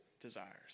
desires